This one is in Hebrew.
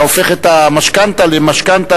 אתה הופך את המשכנתה למשכנתה